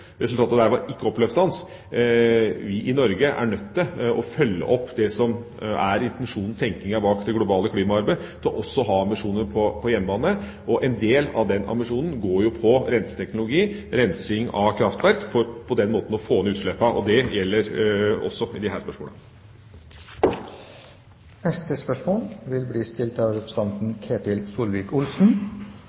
Resultatet derfra var ikke oppløftende. Vi i Norge er nødt til å følge opp det som er intensjonen, tenkningen, bak det globale klimaarbeidet, ved også å ha ambisjoner på hjemmebane. Og en del av den ambisjonen går på renseteknologi, rensing av kraftverk for på den måten å få ned utslippene, og det gjelder også disse spørsmålene. «Kraftsituasjonen er anstrengt flere steder i landet, og statistikken viser at mange av